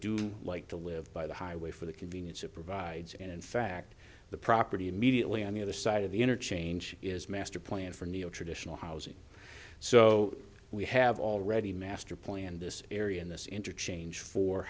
do like to live by the highway for the convenience it provides and in fact the property immediately on the other side of the interchange is master plan for new york traditional housing so we have already master planned this area and this interchange for